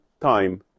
time